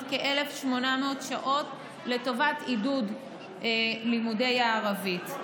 כ-1,800 שעות לטובת עידוד לימודי הערבית.